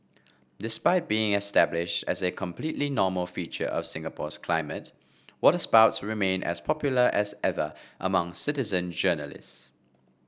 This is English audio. despite being established as a completely normal feature of Singapore's climates waterspouts remain as popular as ever among citizen journalists